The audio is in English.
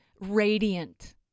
radiant